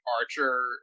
archer